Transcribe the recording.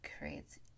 creates